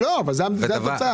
לא, אבל זאת התוצאה.